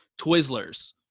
Twizzlers